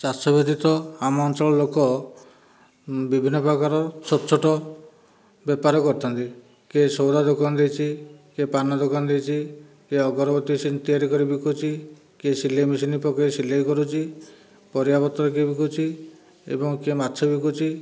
ଚାଷ ବ୍ୟତୀତ ଆମ ଅଞ୍ଚଳ ଲୋକ ବିଭିନ୍ନ ପ୍ରକାରର ଛୋଟ ଛୋଟ ବେପାର କରିଥାନ୍ତି କିଏ ସଉଦା ଦୋକାନ ଦେଇଛି କିଏ ପାନ ଦୋକାନ ଦେଇଛି କିଏ ଅଗରବତୀ ତିଆରି କରି ବିକୁଛି କିଏ ସିଲେଇ ମେସିନ୍ ପକେଇ ସିଲେଇ କରୁଛି ପରିବାପତ୍ର କିଏ ବିକୁଛି ଏବଂ କିଏ ମାଛ ବିକୁଛି